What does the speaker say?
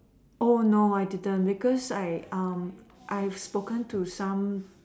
oh no I didn't because I I have spoken to some